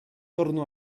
torno